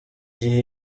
gihe